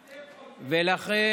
אתם לא,